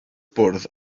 bwrdd